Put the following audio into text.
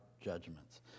judgments